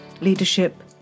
leadership